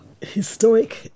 historic